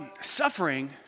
suffering